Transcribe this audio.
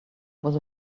was